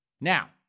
Now